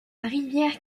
rivière